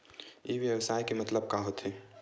ई व्यवसाय के मतलब का होथे?